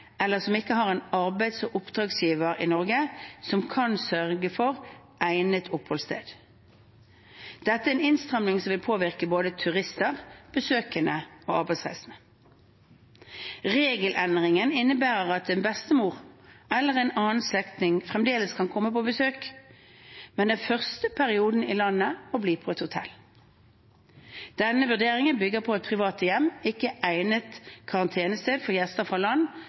eller som ikke har en arbeids- eller oppdragsgiver i Norge som kan sørge for egnet oppholdssted. Dette er en innstramming som vil påvirke både turister, besøkende og arbeidsreisende. Regelendringen innebærer at en bestemor eller en annen slektning fremdeles kan komme på besøk, men den første perioden i landet må bli på et hotell. Denne vurderingen bygger på at private hjem ikke er et egnet karantenested for gjester fra land